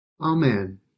Amen